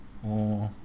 oh